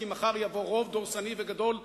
כי מחר יבוא רוב דורסני וגדול אחר,